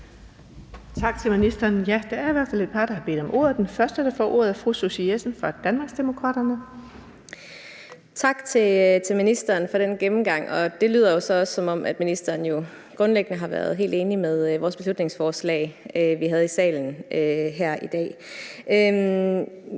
Tak til ministeren. Der er i hvert fald et par stykker, der har bedt om ordet. Den første, der får ordet, er fru Susie Jessen fra Danmarksdemokraterne. Kl. 13:31 Susie Jessen (DD): Tak til ministeren for den gennemgang. Det lyder så også, som om ministeren grundlæggende har været helt enig i vores beslutningsforslag, vi havde i salen her i dag.